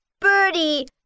Birdie